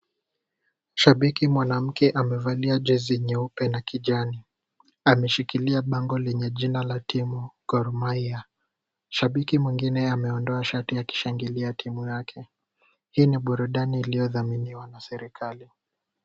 Shabiki mwanamke amevalia jezi nyeupe na kijani. Ameshikilia bango lenye jina la timu Gor Mahia. Shabiki mwingine ameondoa shati akishangilia timu yake. Hii ni burudani iliyodhaminiwa na serekali.